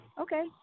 okay